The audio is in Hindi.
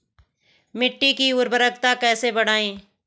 मिट्टी की उर्वरकता कैसे बढ़ायें?